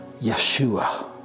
Yeshua